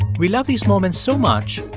we love these moments so much,